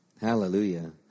Hallelujah